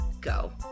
go